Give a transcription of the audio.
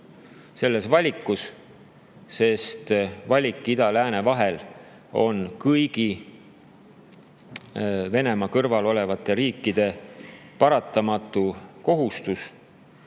selles valikus, sest valik ida ja lääne vahel on kõigi Venemaa kõrval olevate riikide paratamatu kohustus.